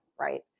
right